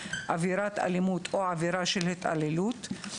עבירת אלימות או עבירה של התעללות,